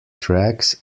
tracks